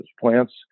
plants